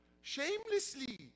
shamelessly